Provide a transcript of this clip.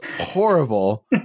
horrible